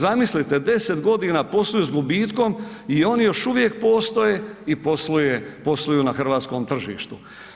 Zamislite, 10 g. posluju s gubitku i oni još uvijek postoje i posluju na hrvatskom tržištu.